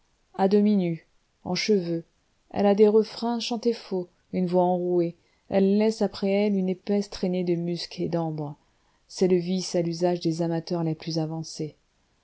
à demi nue en cheveux elle a des refrains chantés faux une voix enrouée elle laisse après elle une épaisse traînée de musc et d'ambre c'est le vice à l'usage des amateurs les plus avancés